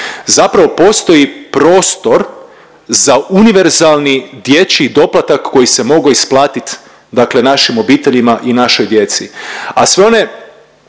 zapravo postoji prostor za univerzalni dječji doplatak koji se mogao isplatit dakle našim obiteljima i našoj djeci, a sve one